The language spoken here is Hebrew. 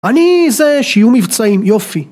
אני זה שיהיו מבצעים יופי